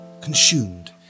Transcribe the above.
consumed